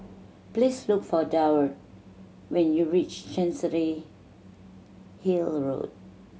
please look for Durward when you reach Chancery Hill Road